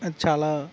అది చాలా